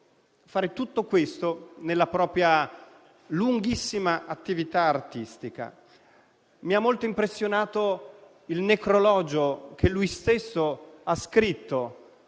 fare tutto questo nella propria lunghissima attività artistica. Mi ha molto impressionato il necrologio che egli stesso ha scritto